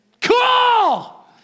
Cool